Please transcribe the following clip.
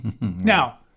Now